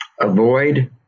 avoid